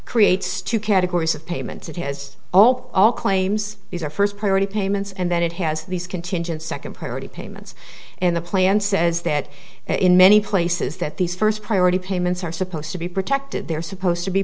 creates two categories of payments it has all all claims these are first priority payments and then it has these contingent second priority payments and the plan says that in many places that these first priority payments are supposed to be protected they're supposed to be